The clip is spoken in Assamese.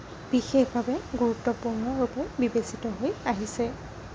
বিষেশভাৱে গুৰুত্বপূৰ্ণ ৰূপে বিবেচিত হৈ আহিছে